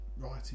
writing